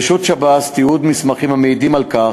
ברשות שב"ס תיעוד מסמכים המעידים על כך